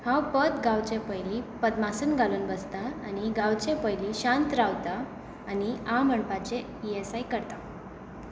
हांव पद गावचे पयलीं पद्मासन घालून बसतां आनी गावचे पयली शांत रावता आनी आ म्हणपाचे इयसाय करतां